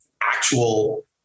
actual